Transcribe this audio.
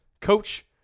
Coach